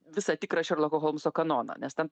visą tikrą šerloko holmso kanoną nes ten